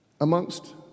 amongst